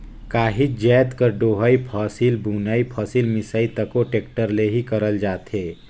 काहीच जाएत कर डोहई, फसिल बुनई, फसिल मिसई तको टेक्टर ले ही करल जाथे